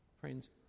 Friends